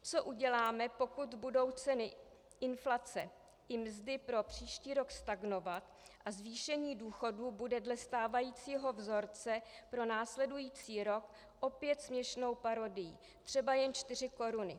Co uděláme, pokud budou ceny inflace i mzdy pro příští rok stagnovat a zvýšení důchodů bude dle stávajícího vzorce pro následující rok opět směšnou parodií, třeba jen čtyři koruny?